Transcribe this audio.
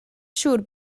siŵr